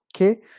okay